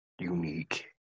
unique